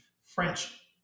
French